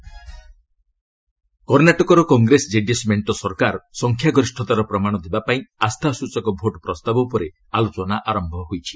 Karnataka politics କର୍ଷ୍ଣାଟକର Congress JDS ମେଣ୍ଟ ସରକାର ସଂଖ୍ୟାଗରିଷ୍ଠତାର ପ୍ରମାଣ ଦେବାପାଇଁ ଆସ୍ଥାସ୍ଟଚକ ଭୋଟ୍ ପ୍ରସ୍ତାବ ଉପରେ ଆଲୋଚନା ଆରମ୍ଭ ହୋଇଛି